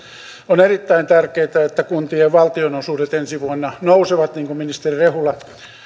on erittäin tärkeätä että kuntien valtionosuudet ensi vuonna nousevat niin kuin ministeri rehula